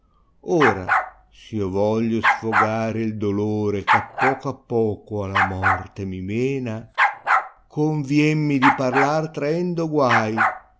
s io voglio sfogare il dolore oh appoco appoco alla morte mi mena conviemmi di parlar traendo guai